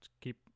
keep